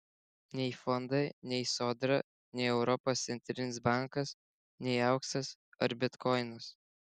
nei fondai nei sodra nei europos centrinis bankas nei auksas ar bitkoinas